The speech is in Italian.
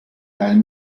dal